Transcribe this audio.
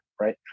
right